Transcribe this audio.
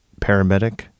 paramedic